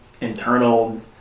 internal